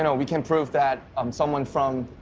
you know we can prove that um someone from,